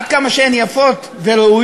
עד כמה שהן יפות וראויות,